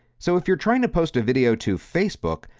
so if you're trying to post a video to facebook,